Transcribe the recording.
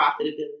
profitability